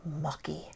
Mucky